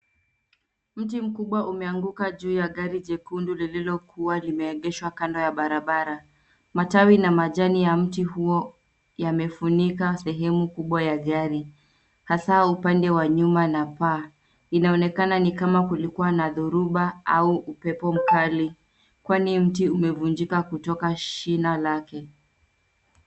Mti mkubwa umeanguka juua ya gari lililokuwa limeegeshwa kando ya barabara. Matawi na majani ya mti huo yamefunika sehemu kubwa ya gari ,hasa upande wa nyuma na paa. Inaonekana ni kama kulikuwa na dhoruba au upepo mkali kwani huo mti umevunjika kutoka shina lake.